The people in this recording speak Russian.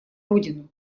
родину